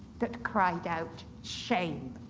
that cried out, shame,